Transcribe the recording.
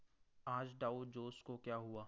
आज डाउजोस को क्या हुआ